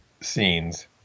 scenes